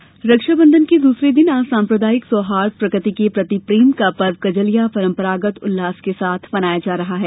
भुजरिया रक्षाबंधन के दूसरे दिन आज साम्प्रदायिक सौहार्द्र प्रकृति के प्रति प्रेम का पर्व कजलिया परंपरागत उत्साह से मनाया जा रहा हैं